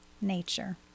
nature